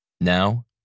Now